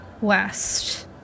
west